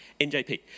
NJP